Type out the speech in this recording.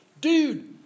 dude